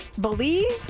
believe